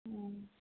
অঁ